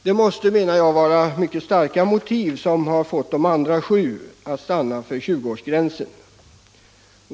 Det måste, menar jag, vara mycket starka motiv som fått de andra sju att stanna för 20-årsgränsen.